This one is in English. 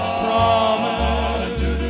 promise